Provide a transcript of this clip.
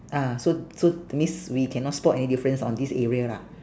ah so so that means we cannot spot any difference on this area lah